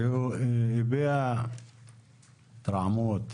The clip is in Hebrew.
הוא הביע התרעמות.